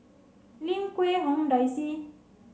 Lim Quee Hong Daisy